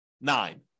nine